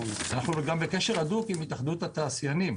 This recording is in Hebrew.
אנחנו גם בקשר הדוק עם התאחדות התעשיינים